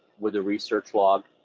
with a research log.